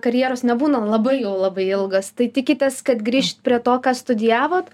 karjeros nebūna labai jau labai ilgos tai tikitės kad grįšit prie to ką studijavot